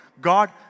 God